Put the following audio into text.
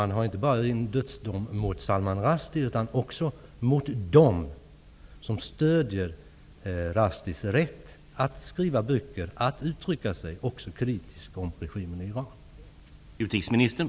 Man har inte bara uttalat en dödsdom mot Salman Rushdie, utan också mot dem som stöder Rushdies rätt att skriva böcker och uttrycka sig kritiskt om regimen i Iran.